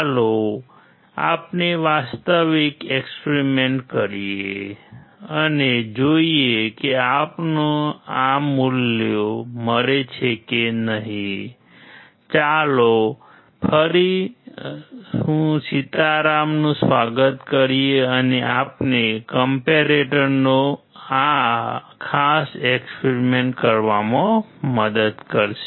ચાલો આપણે વાસ્તવિક એક્સપેરિમેન્ટ કરવામાં મદદ કરશે